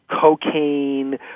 cocaine